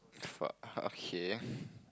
fuck [huh] K